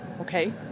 Okay